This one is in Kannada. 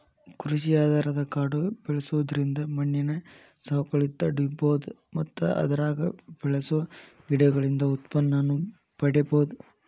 ಕೃಷಿ ಆಧಾರದ ಕಾಡು ಬೆಳ್ಸೋದ್ರಿಂದ ಮಣ್ಣಿನ ಸವಕಳಿ ತಡೇಬೋದು ಮತ್ತ ಅದ್ರಾಗ ಬೆಳಸೋ ಗಿಡಗಳಿಂದ ಉತ್ಪನ್ನನೂ ಪಡೇಬೋದು